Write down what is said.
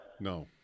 No